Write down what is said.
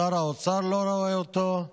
שר האוצר לא רואה אותו,